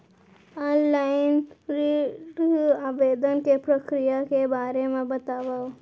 Online ऋण आवेदन के प्रक्रिया के बारे म बतावव?